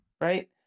right